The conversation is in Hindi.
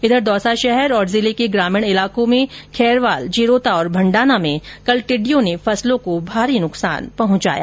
इधर दौसा शहर और जिले के ग्रामीण ईलाकों खैरवाल जिरोता और भंन्डाना में कल टिड़ियों ने फसलों को भारी नुकसान पहुंचाया